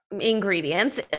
ingredients